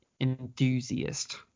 enthusiast